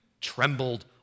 trembled